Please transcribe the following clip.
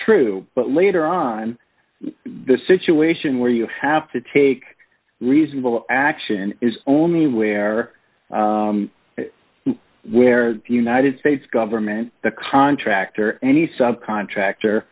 true but later on the situation where you have to take reasonable action is only where where the united states government the contractor any some contractor